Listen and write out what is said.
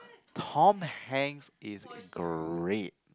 Tom-Hanks is great